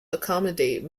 accommodate